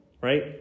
right